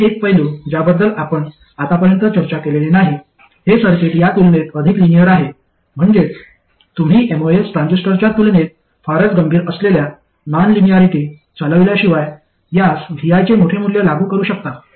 अजून एक पैलू ज्याबद्दल आपण आतापर्यंत चर्चा केलेली नाही हे सर्किट या तुलनेत अधिक लिनिअर आहे म्हणजेच तुम्ही एमओएस ट्रान्झिस्टरच्या तुलनेत फारच गंभीर असलेल्या नॉन लिनिअरिटी चालविल्याशिवाय यास vi चे मोठे मूल्य लागू करू शकता